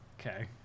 Okay